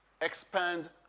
expand